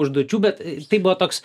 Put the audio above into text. užduočių bet tai buvo toks